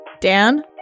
Dan